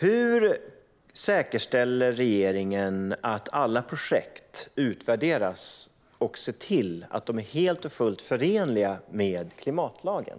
Hur säkerställer regeringen att alla projekt utvärderas och ser till att de är helt och fullt förenliga med klimatlagen?